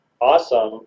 awesome